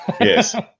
Yes